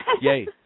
Yay